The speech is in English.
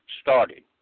started